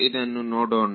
ಇದನ್ನು ನೋಡೋಣ